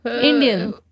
Indian